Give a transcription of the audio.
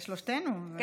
זה שלושתנו.